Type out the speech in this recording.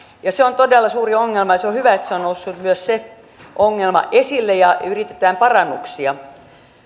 ja se on todella suuri ongelma se on hyvä että myös se ongelma on noussut esille ja yritetään parannuksia